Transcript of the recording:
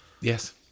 Yes